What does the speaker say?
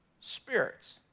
spirits